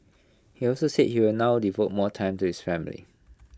he also said he will now devote more time to his family